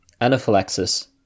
anaphylaxis